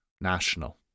national